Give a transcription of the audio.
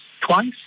twice